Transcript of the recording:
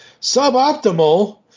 Suboptimal